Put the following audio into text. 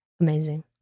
Amazing